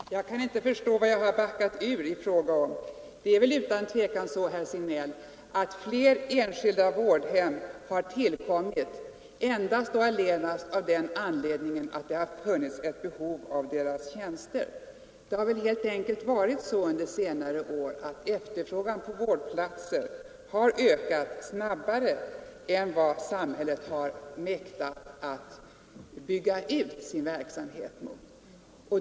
Herr talman! Jag kan inte förstå vad jag har backat ut från. Det är utan tvivel så, herr Signell, att flera enskilda vårdhem har tillkommit endast och allenast av den anledningen att det har funnits ett behov av deras tjänster. Det har helt enkelt varit så under senare år att efterfrågan på vårdplatser har ökat snabbare än vad samhället har mäktat bygga ut verksamheten.